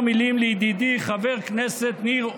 כמה מילים לידידי חבר הכנסת ניר אורבך: